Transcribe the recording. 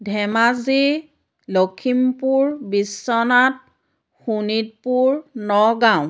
Dhemaji Lakhimpur Biswanath Sonitpur Nagaon